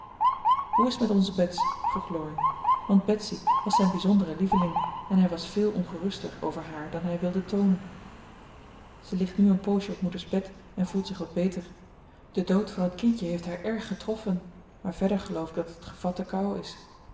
hoe is t met onze bets vroeg laurie want betsy was zijn bijzondere lieveling en hij was veel ongeruster over haar dan hij wilde toonen ze ligt nu een poosje op moeders bed en voelt zich wat beter de dood van dat kindje heeft haar erg getroffen maar verder geloof ik dat het gevatte kou is